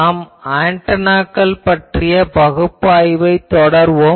நாம் ஆன்டெனாக்கள் பற்றிய பகுப்பாய்வைத் தொடர்வோம்